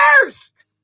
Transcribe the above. first